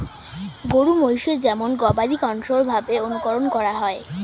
গরু মহিষের যেমন গবাদি কন্ট্রোল্ড ভাবে অনুকরন করা হয়